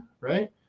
Right